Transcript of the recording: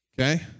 okay